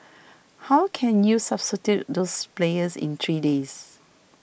how can you substitute those players in three days